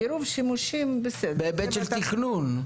עירוב שימושים זה בסדר.